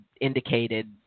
indicated